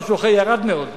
משהו אחר ירד מאוד,